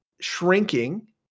Shrinking